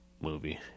movie